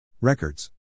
Records